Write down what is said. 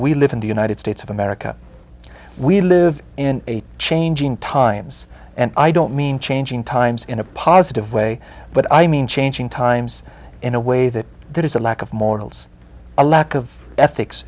we live in the united states of america we live in changing times and i don't mean changing times in a positive way but i mean changing times in a way that there is a lack of morals a lack of ethics